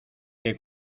que